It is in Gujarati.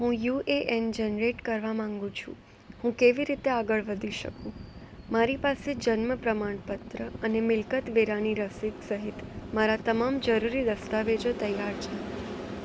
હું યુ એ એન જનરેટ કરવા માગું છું હું કેવી રીતે આગળ વધી શકું મારી પાસે જન્મ પ્રમાણપત્ર અને મિલકત વેરાની રસીદ સહિત મારા તમામ જરૂરી દસ્તાવેજો તૈયાર છે